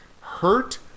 hurt